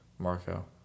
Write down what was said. Marco